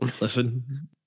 listen